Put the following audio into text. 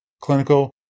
clinical